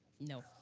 no